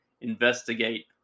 investigate